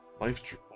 Life